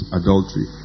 adultery